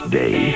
day